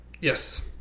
Yes